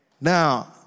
Now